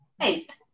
Eight